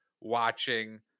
watching